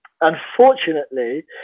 Unfortunately